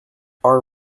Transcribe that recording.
our